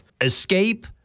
Escape